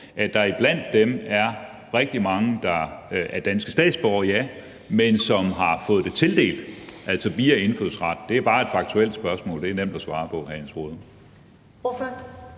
er der blandt dem rigtig mange, der er danske statsborgere – ja – men som har fået det tildelt, altså via indfødsret. Det er bare et faktuelt spørgsmål. Det er nemt at svare på, hr. Jens Rohde.